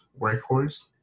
workhorse